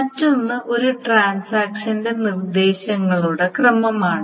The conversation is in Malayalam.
മറ്റൊന്ന് ഒരു ട്രാൻസാക്ഷന്റെ നിർദ്ദേശങ്ങളുടെ ക്രമമാണ്